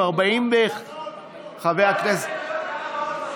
כל ההסתייגויות, גם הבאות בתור.